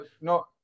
no